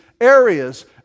areas